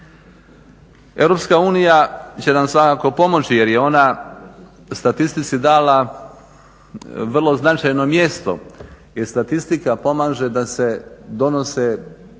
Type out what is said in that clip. obrnuto. EU će nam svakako pomoći jer je ona statistici dala vrlo značajno mjesto jer statistika pomaže da se donose